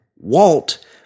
Walt